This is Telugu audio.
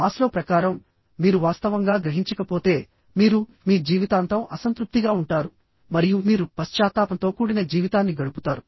మాస్లో ప్రకారం మీరు వాస్తవంగా గ్రహించకపోతే మీరు మీ జీవితాంతం అసంతృప్తిగా ఉంటారు మరియు మీరు పశ్చాత్తాపంతో కూడిన జీవితాన్ని గడుపుతారు